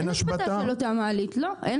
אין השבתה של אותה מעלית, לא.